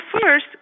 first